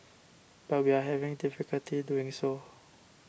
but we are having difficulty doing so